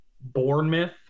bournemouth